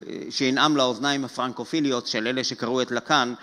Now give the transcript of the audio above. שינעם לאוזניים הפרנקופיליות של אלה שקראו את לקאן